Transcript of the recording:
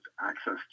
access